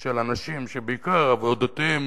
של אנשים שבעיקר על אודותיהם